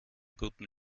guten